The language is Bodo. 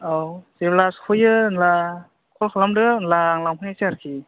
औ जेब्ला सौफैयो होनब्ला कल खालामदो होनब्ला आं लांफैनोसै आरोखि